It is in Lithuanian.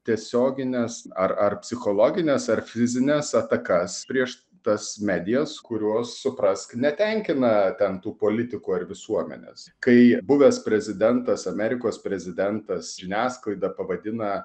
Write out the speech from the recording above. tiesiogines ar ar psichologines ar fizines atakas prieš tas medijas kurios suprask netenkina ten tų politikų ar visuomenės kai buvęs prezidentas amerikos prezidentas žiniasklaidą pavadina